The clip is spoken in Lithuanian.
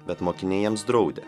bet mokiniai jiems draudė